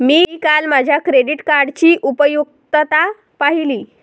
मी काल माझ्या क्रेडिट कार्डची उपयुक्तता पाहिली